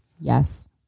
yes